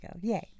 Yay